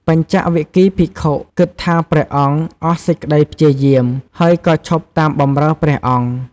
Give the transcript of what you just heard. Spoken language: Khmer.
បញ្ចវគិ្គយ៍ភិក្ខុបានគិតថាព្រះអង្គអស់សេចក្តីព្យាយាម ហើយក៏ឈប់តាមបម្រើព្រះអង្គ។